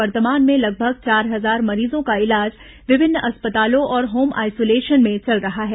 वर्तमान भें लगभग चार हजार मरीजों का इलाज विभिन्न अस्पतालों और होम आइसोलेशन में चल रहा है